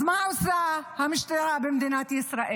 אז מה עושה המשטרה במדינת ישראל?